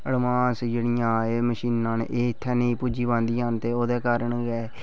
advance जेह्ड़ियां एह् मशीनां न एह् इत्थै नेईं पुज्जी पांदियां ते ओह्दे कारण गै